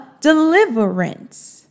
deliverance